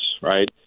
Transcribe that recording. right